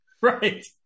Right